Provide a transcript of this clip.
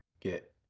get